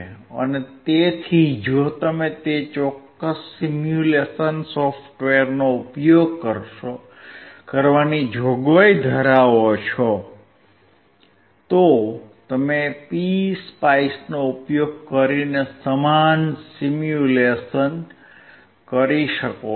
અને તેથી જો તમે તે ચોક્કસ સિમ્યુલેશન સોફ્ટવેરનો ઉપયોગ કરવાની જોગવાઈ ધરાવો છો તો તમે PSpice નો ઉપયોગ કરીને સમાન સિમ્યુલેશન કરી શકો છો